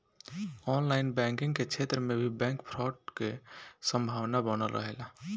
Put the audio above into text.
online banking के क्षेत्र में भी बैंक फ्रॉड के संभावना बनल रहेला